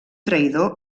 traïdor